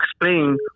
explain